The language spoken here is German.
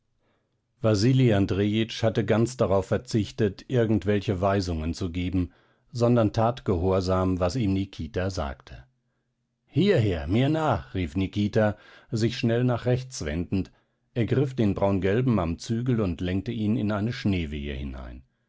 andrejitsch hatte ganz darauf verzichtet irgendwelche weisungen zu geben sondern tat gehorsam was ihm nikita sagte hierher mir nach rief nikita sich schnell nach rechts wendend ergriff den braungelben am zügel und lenkte ihn in eine schneewehe hinein